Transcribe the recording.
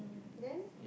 then